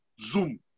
Zoom